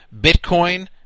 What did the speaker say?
Bitcoin